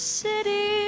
city